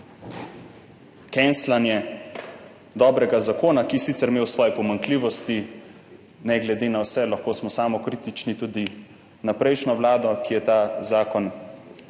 kenslanje dobrega zakona, ki je sicer imel svoje pomanjkljivosti, ne glede na vse, lahko smo samokritični tudi do prejšnje vlade, ki je ta zakon